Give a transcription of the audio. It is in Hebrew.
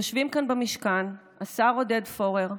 יושבים כאן במשכן השר עודד פורר,